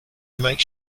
makes